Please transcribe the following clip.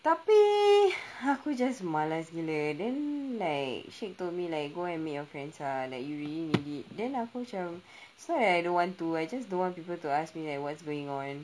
tapi aku just malas gila then like she told me like go and meet your friends ah that you really need it then aku macam it's not that I don't want to I just don't want people to ask me like what's going on